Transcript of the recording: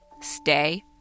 Stay